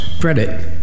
credit